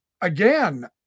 Again